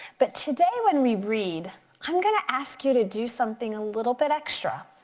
but today when we read i'm gonna ask you to do something a little bit extra.